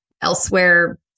elsewhere